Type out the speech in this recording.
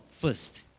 first